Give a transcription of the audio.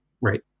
right